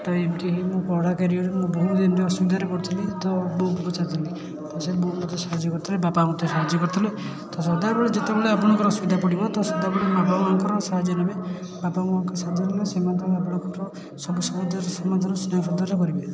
ତ ଏମତି ହିଁ ମୁଁ ପଢ଼ା କ୍ୟାରିୟରରେ ମୁଁ ବହୁତ ଏମତି ଅସୁବିଧାରେ ପଡ଼ିଥିଲି ତ ବୋଉକୁ ପଚାରିଥିଲି ତ ସେ ବୋଉ ମୋତେ ସାହାଯ୍ୟ କରିଥିଲେ ବାପା ମୋତେ ସାହାଯ୍ୟ କରିଥିଲେ ତ ସଦାବେଳେ ଯେତେବେଳେ ଆପଣଙ୍କର ଅସୁବିଧା ପଡ଼ିବ ତ ସଦାବେଳେ ବାପା ମା'ଙ୍କର ସାହାଯ୍ୟ ନେବେ ବାପା ମା'ଙ୍କର ସାହାଯ୍ୟ ନେଲେ ସେମାନେ ଆପଣଙ୍କର ସବୁ ସମସ୍ୟାର ସମଧାନ ସ୍ନେହ ଶ୍ରଦ୍ଧାରେ କରିବେ